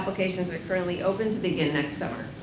applications are currently open to begin next summer.